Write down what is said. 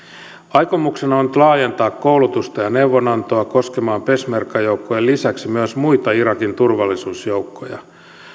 aikomuksena on nyt laajentaa koulutusta ja neuvonantoa koskemaan peshmerga joukkojen lisäksi myös muita irakin turvallisuusjoukkoja